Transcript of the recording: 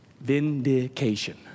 vindication